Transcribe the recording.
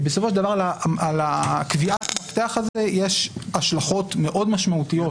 כי בסופו של דבר לקביעת המפתח הזה יש השלכות מאוד משמעותיות.